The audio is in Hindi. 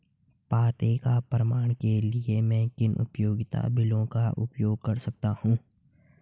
पते के प्रमाण के लिए मैं किन उपयोगिता बिलों का उपयोग कर सकता हूँ?